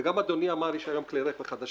וגם אדוני אמר יש היום כלי רכב חדשים,